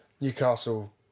Newcastle